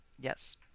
yes